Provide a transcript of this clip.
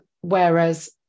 Whereas